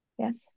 Yes